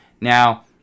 Now